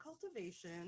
Cultivation